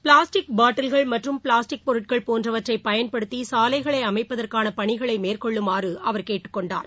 plastic பாட்டில்கள் மற்றும் plastic பொருட்கள் போன்றவற்றை பயன்படுத்தி சாலைகளை அமைப்பதற்கான பணிகளை மேற்கொள்ளுமாறு அவர் கேட்டுக் கொண்டார்